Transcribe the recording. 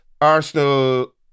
Arsenal